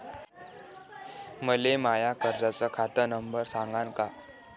मले माया कर्जाचा खात नंबर सांगान का?